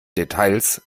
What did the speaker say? details